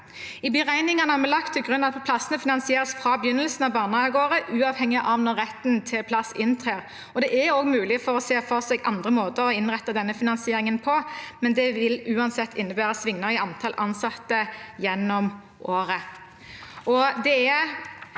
I beregningene har vi lagt til grunn at plassene finansieres fra begynnelsen av barnehageåret, uavhengig av når retten til plass inntrer. Det er også mulig å se for seg andre måter å innrette denne finansieringen på, men det vil uansett innebære svingninger i antallet ansatte gjennom året.